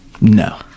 no